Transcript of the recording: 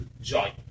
joy